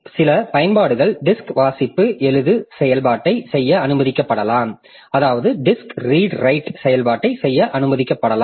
சில பயன்பாடுகள் டிஸ்க் வாசிப்பு எழுதும் செயல்பாட்டை செய்ய அனுமதிக்கப்படலாம்